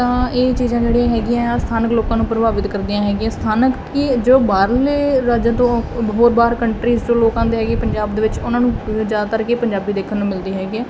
ਤਾਂ ਇਹ ਚੀਜ਼ਾਂ ਜਿਹੜੀਆਂ ਹੈਗੀਆਂ ਸਥਾਨਕ ਲੋਕਾਂ ਨੂੰ ਪ੍ਰਭਾਵਿਤ ਕਰਦੀਆਂ ਹੈਗੀਆਂ ਸਥਾਨਕ ਕੀ ਜੋ ਬਾਹਰਲੇ ਰਾਜਾਂ ਤੋਂ ਹੋਰ ਬਾਹਰ ਕੰਟਰੀਸ ਤੋਂ ਲੋਕ ਆਉਂਦੇ ਹੈਗੇ ਪੰਜਾਬ ਦੇ ਵਿੱਚ ਉਹਨਾਂ ਨੂੰ ਜ਼ਿਆਦਾਤਰ ਕਿ ਪੰਜਾਬੀ ਦੇਖਣ ਨੂੰ ਮਿਲਦੀ ਹੈਗੀ ਹੈ